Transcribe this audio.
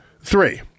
Three